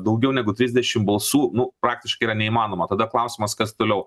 daugiau negu trisdešim balsų nu praktiškai yra neįmanoma tada klausimas kas toliau